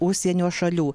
užsienio šalių